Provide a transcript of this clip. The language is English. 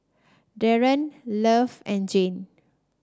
Darron Love and Jane